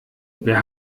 wer